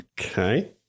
okay